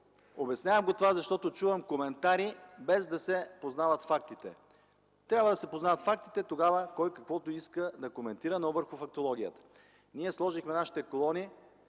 Обяснявам това, защото чувам коментари, без да се познават фактите. Трябва да се познават фактите и тогава кой каквото иска да коментира, но върху фактологията. Ние сложихме нашите колони